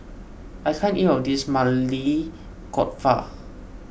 I can't eat all of this Maili Kofta